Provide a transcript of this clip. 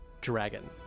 dragon